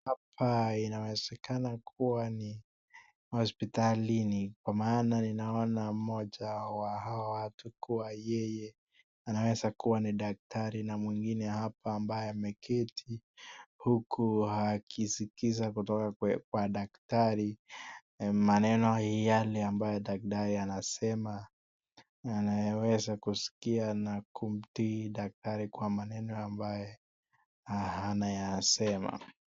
Hapa inawezekana kuwa ni hospitalini, kwa maana ninaona moja wa hawa watu kuwa yeye, anaweza kuwa dakitari na mwingine hapa ambaye ameketi, huku akisikiza kutoka kwa dakitari ,maneno yale ambayo dakitari anasema, na anayaweza kusikia na kumtii dakitari kwa maneno ambaye anayasema.